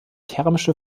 thermische